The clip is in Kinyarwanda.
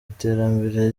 iterambere